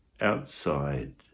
outside